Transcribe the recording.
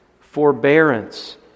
forbearance